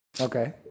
Okay